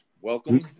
welcome